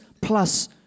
plus